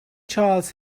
charles